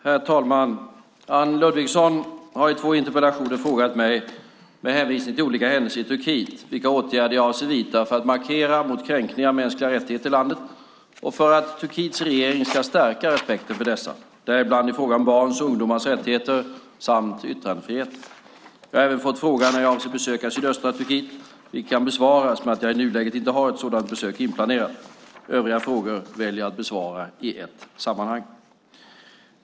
Herr talman! Anne Ludvigsson har i två interpellationer frågat mig, med hänvisning till olika händelser i Turkiet, vilka åtgärder jag avser att vidta för att markera mot kränkningar av mänskliga rättigheter i landet och för att Turkiets regering ska stärka respekten för dessa, däribland i fråga om barns och ungdomars rättigheter samt yttrandefrihet. Jag har även fått frågan när jag avser att besöka sydöstra Turkiet, vilken kan besvaras med att jag i nuläget inte har ett sådant besök inplanerat. Övriga frågor väljer jag att besvara i ett sammanhang.